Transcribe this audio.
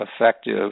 effective